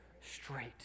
straight